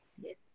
Yes